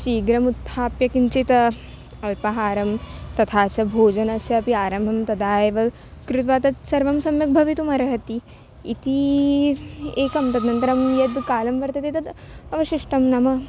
शीघ्रम् उत्थाप्य किञ्चित् अल्पाहारं तथा च भोजनस्य अपि आरम्भं तदा एव कृत्वा तत् सर्वं सम्यक् भवितुमर्हति इति एकं तदनन्तरं यद् कालः वर्तते तत् अवशिष्टः नाम